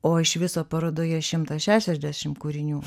o iš viso parodoje šimtas šešiasdešimt kūrinių